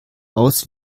aus